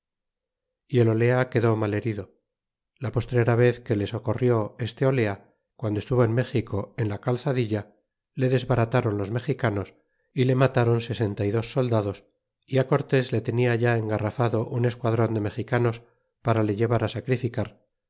y el olea quedó mal herido la postrera vez que le socorrió este olea guando en méxico en la calzadilla le desbarataron los mexicanos y le mataron sesenta y dos soldados y á cortés le tenia ya engarrafado un esquad ron de mexicanos para le llevar